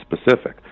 specific